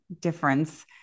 difference